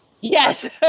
yes